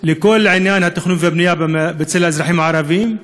לכל עניין התכנון והבנייה אצל האזרחים הערבים.